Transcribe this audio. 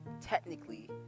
technically